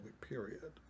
period